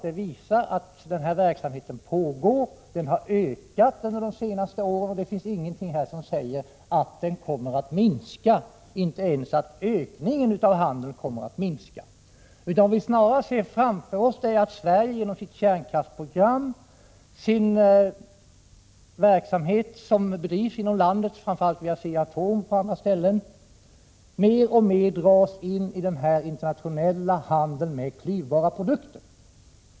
Det visar att denna verksamhet pågår och att den har ökat under de senaste åren. Det finns ingenting som säger att denna handel kommer att minska, inte ens att ökningen av den kommer att avta. Vad vi snarare ser framför oss är att Sverige genom sitt kärnkraftsprogram och den verksamhet som bedrivs inom landet, framför allt vid Asea-Atom men även på andra ställen, mer och mer dras in i den internationella handeln med klyvbara produkter.